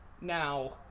Now